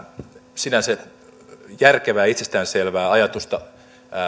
sinänsä järkevää ja itsestään selvää ajatusta